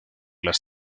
las